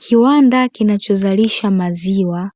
Kiwanda kinachozalisha maziwa